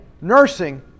Nursing